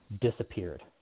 disappeared